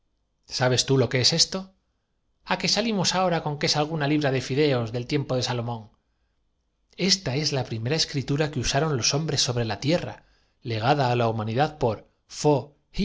sabes tú lo que es esto alto abajo vice versa pero oblicuamente ó en espi á que salimos ahora con que es alguna libra de y ral los tártaros según nienhoíf cuyas consonantes fideos del tiempo de salomón son parecidas á las de los esta es la primera escritura que usaron los hom etíopes porque las enlazan con sus vocales escriben en línea bres sobre la tierra legada á la humanidad por